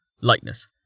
lightness